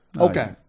Okay